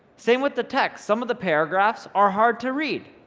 same with the text, some of the paragraphs are hard to read.